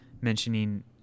mentioning